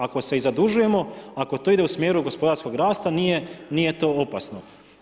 Ako se i zadužujemo, ako to ide u smjeru gospodarskog rasta, nije to opasno.